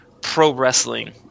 pro-wrestling